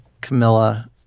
Camilla